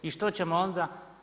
I što ćemo onda?